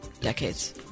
decades